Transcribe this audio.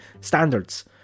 standards